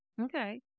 Okay